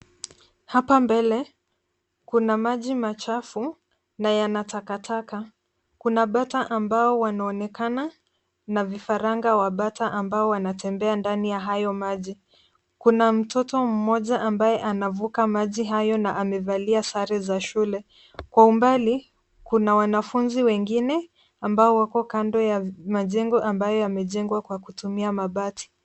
Hapa mbele kuna maji machafu na yana takataka. Kuna bata ambao wanaonekana na vifaranga wa bata ambao wanatembea ndani ya hayo maji. Kuna mtoto mmoja ambaye anavuka maji hayo na amevalia sare za shule. Kwa umbali, kuna wanafunzi wengine ambao wako kando ya majengo ambayo yamejengwa kwa kutumia mabati.